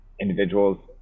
individuals